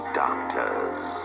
doctors